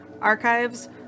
archives